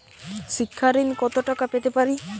শিক্ষা ঋণ কত টাকা পেতে পারি?